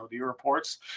reports